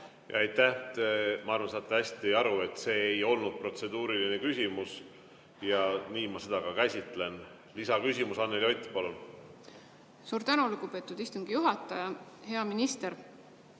Aitäh! Ma arvan, et te saate hästi aru, et see ei olnud protseduuriline küsimus, ja nii ma seda ka käsitlen. Lisaküsimus, Anneli Ott, palun! Suur tänu, lugupeetud istungi juhataja! Hea minister!